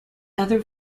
other